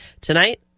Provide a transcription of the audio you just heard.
tonight